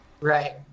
Right